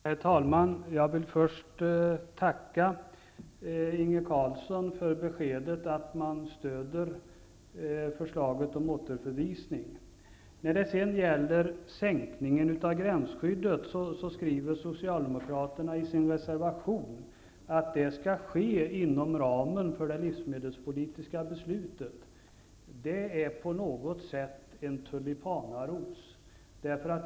Herr talman! Jag vill först tacka Inge Carlsson för beskedet att Socialdemokraterna stöder förslaget om återförvisning. Socialdemokraterna skriver i sin reservation att sänkningen av gränsskyddet skall ske inom ramen för det livsmedelspolitiska beslutet. Det är på något sätt en tulipanaros.